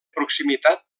proximitat